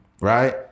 Right